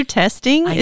testing